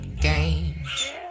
Games